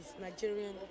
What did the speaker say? Nigerian